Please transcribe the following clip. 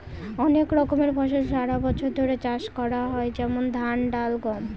অনেক রকমের ফসল সারা বছর ধরে চাষ করা হয় যেমন ধান, ডাল, গম